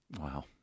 Wow